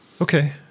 Okay